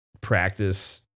practice